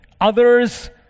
others